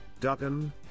Duggan